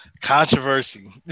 Controversy